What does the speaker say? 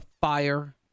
fire